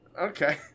okay